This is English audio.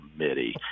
committee